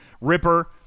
ripper